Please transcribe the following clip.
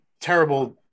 terrible